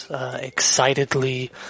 excitedly